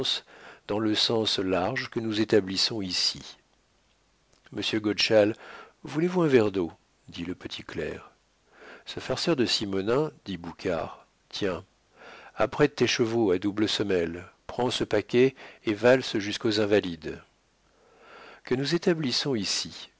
dans le sens large que nous établissons ici monsieur godeschal voulez-vous un verre d'eau dit le petit clerc ce farceur de simonnin dit boucard tiens apprête tes chevaux à double semelle prends ce paquet et valse jusqu'aux invalides que nous établissons ici